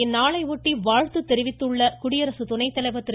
இந்நாளையொட்டி வாழ்த்து தெரிவித்துள்ள குடியரசு துணைத்தலைவர் திரு